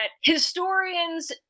historians